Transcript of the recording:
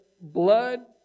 blood